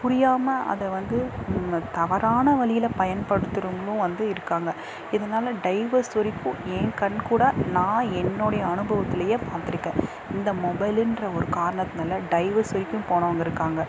புரியாமல் அதை வந்து தவறான வழியில் பயன்படுத்துகிறவங்களும் வந்து இருக்காங்கள் இதனால் டைவஸ் வரைக்கும் ஏன் கண் கூடாக நான் என்னோடைய அனுபவத்துலேயே பார்த்துருக்கேன் இந்த மொபைலுன்ற ஒரு காரணத்துனால் டைவஸ் வரைக்கும் போனவங்க இருக்காங்கள்